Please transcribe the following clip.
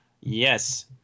Yes